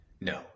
No